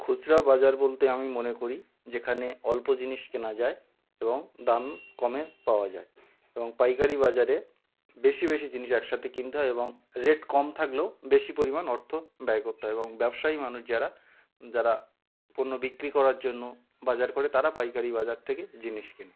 খুচরো বাজার বলতে আমি মনে করি যেখানে অল্প জিনিস কেনা যায় এবং দাম কমে পাওয়া যায় এবং পাইকারি বাজারে বেশি বেশি জিনিস একসাথে কিনতে হয় এবং রেট কম থাকলেও বেশি পরিমাণ অর্থ ব্যয় করতে হয় এবং ব্যবসায়ী মানুষ যারা যারা কোনো বিক্রি করার জন্য বাজার করে তারা পাইকারি বাজার থেকে জিনিস কেনে